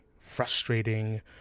frustrating